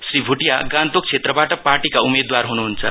श्री भोटीया गान्तोक श्रेत्रबाट पार्टीका उम्मेदवार हुनुहुन्छ